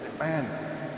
Man